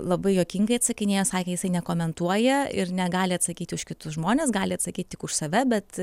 labai juokingai atsakinėja sakė jisai nekomentuoja ir negali atsakyti už kitus žmones gali atsakyti tik už save bet